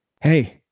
Hey